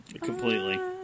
Completely